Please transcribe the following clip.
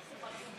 למה,